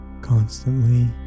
constantly